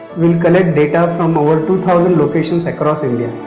we'll collect data from over two thousand locations across india.